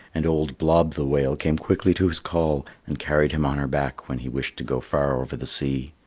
and old blob the whale came quickly to his call and carried him on her back when he wished to go far over the sea.